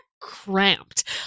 cramped